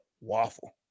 Waffle